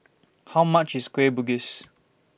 How much IS Kueh Bugis